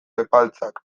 epaltzak